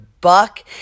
buck